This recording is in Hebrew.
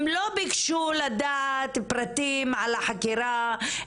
הם לא ביקשו לדעת פרטים על החקירה,